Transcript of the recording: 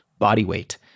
bodyweight